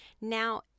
Now